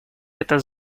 это